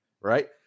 right